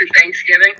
Thanksgiving